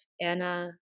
Anna